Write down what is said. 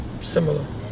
Similar